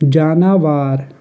جاناوار